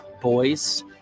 boys